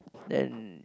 then